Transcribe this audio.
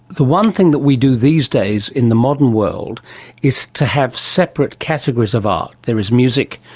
the one thing that we do these days in the modern world is to have separate categories of art. there is music,